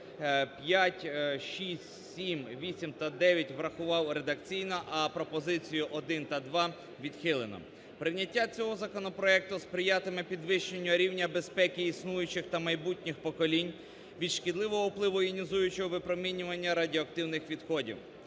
5, 6, 7, 8 та 9 врахував редакційно, а пропозицію 1 та 2 відхилено. Прийняття цього законопроекту сприятиме підвищенню рівня безпеки існуючих та майбутніх поколінь від шкідливого впливу іонізуючого випромінювання радіоактивних відходів,